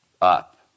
up